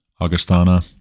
Augustana